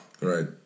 Right